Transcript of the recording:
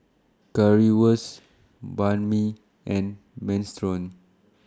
Currywurst Banh MI and Minestrone